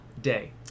Day